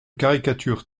caricature